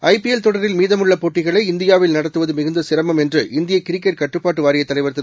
ஐ PL தொடரில் மீதமுள்ளபோட்டிகளை இந்தியாவில் நடத்துவதுமிகுந்தசிரமம் என்று இந்தியகிரிக்கெட் கட்டுப்பாட்டுவாரியத் தலைவர் திரு